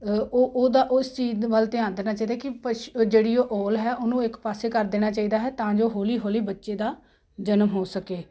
ਓ ਉਹਦਾ ਉਸ ਚੀਜ਼ ਦੇ ਵੱਲ ਧਿਆਨ ਦੇਣਾ ਚਾਹੀਦਾ ਕਿ ਪਸ਼ੂ ਜਿਹੜੀ ਉਹ ਓਲ ਹੈ ਉਹਨੂੰ ਇੱਕ ਪਾਸੇ ਕਰ ਦੇਣਾ ਚਾਹੀਦਾ ਹੈ ਤਾਂ ਜੋ ਹੌਲੀ ਹੌਲੀ ਬੱਚੇ ਦਾ ਜਨਮ ਹੋ ਸਕੇ